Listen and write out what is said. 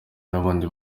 n’ubundi